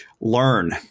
learn